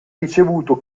ricevuto